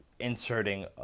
inserting